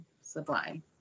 Sublime